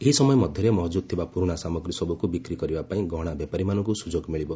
ଏହି ସମୟ ଭିତରେ ମହଜୁଦ ଥିବା ପୁରୁଣା ସାମଗ୍ରୀ ସବୁକୁ ବିକ୍ରି କରିବା ପାଇଁ ଗହଣା ବେପାରୀମାନଙ୍କୁ ସୁଯୋଗ ମିଳିବ